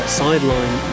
sideline